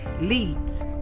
leads